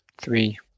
Three